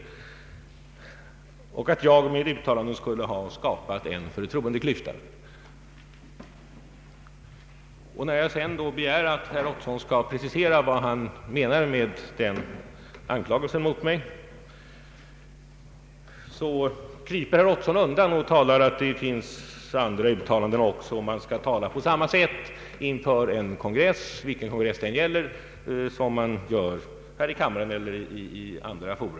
Han ville göra gällande att jag med mina uttalanden skulle ha skapat en förtroendeklyfta. När jag sedan begär att herr Ottosson skall precisera vad han menar med denna anklagelse mot mig kryper han undan och nämner någonting om att det också finns andra uttalanden. Han säger att man skall tala på samma sätt inför en kongress, vilken kongress det än gäller, som man gör här i kammaren eller inför andra fora.